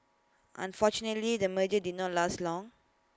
unfortunately the merger did not last long